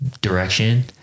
direction